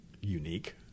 unique